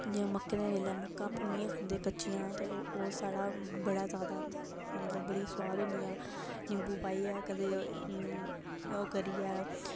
जि'यां मक्कें दे बेल्लै मक्कां भुन्नियै खंदे कच्चियां ओह् साढ़ा बड़ा जादा बड़ी सुआद होंदियां निम्बू पाइयै कदें ओह् करियै